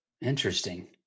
Interesting